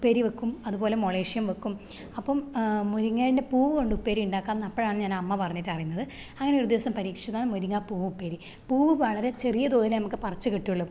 ഉപ്പേരി വക്കും അതുപോലെ മൊളേഷ്യം വക്കും അപ്പം മുരിങ്ങേൻ്റെ പൂവ് കൊണ്ട് ഉപ്പേരിണ്ടാക്കാന്ന് അപ്പോഴാണ് ഞാൻ അമ്മ പറഞ്ഞിട്ടറിയുന്നത് അങ്ങനെ ഒരു ദിവസം പരീക്ഷിച്ചതാണ് മുരിങ്ങ പൂവ് ഉപ്പേരി പൂവ് വളരെ ചെറിയ തോതിലെ നമുക്ക് പറിച്ച് കിട്ടുവൊള്ളു